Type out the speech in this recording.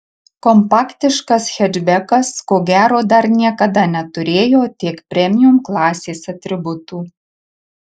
kompaktiškas hečbekas ko gero dar niekada neturėjo tiek premium klasės atributų